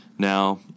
Now